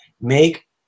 make